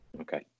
Okay